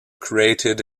created